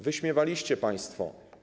Wyśmiewaliście to państwo.